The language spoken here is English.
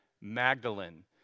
Magdalene